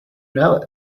know